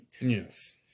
Yes